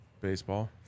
Baseball